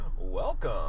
Welcome